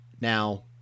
Now